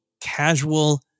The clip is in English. casual